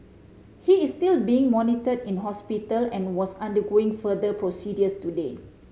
he is still being monitored in hospital and was undergoing further procedures today